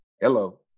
Hello